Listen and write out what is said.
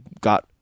got